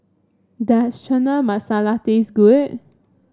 does Chana Masala taste good